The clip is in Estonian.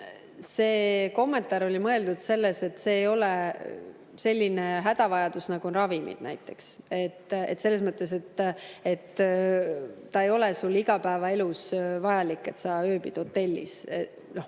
see kommentaar oli mõeldud sellena, et see ei ole selline hädavajadus nagu ravimid näiteks. Selles mõttes, et see ei ole igapäevaelus vajalik, et sa ööbid hotellis.